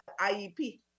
IEP